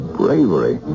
bravery